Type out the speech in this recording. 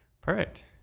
Perfect